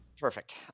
Perfect